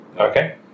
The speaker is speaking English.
Okay